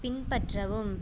பின்பற்றவும்